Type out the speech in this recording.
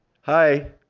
hi